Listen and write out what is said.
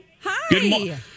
Hi